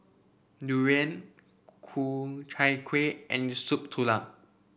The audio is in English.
Durian Ku Chai Kuih and Soup Tulang